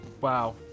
Wow